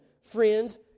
friends